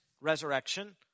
resurrection